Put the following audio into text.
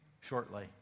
shortly